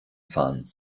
fahren